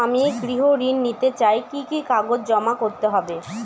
আমি গৃহ ঋণ নিতে চাই কি কি কাগজ জমা করতে হবে?